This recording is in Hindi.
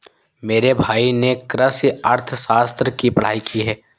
मेरे भाई ने कृषि अर्थशास्त्र की पढ़ाई की है